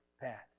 path